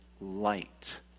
light